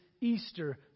Easter